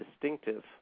distinctive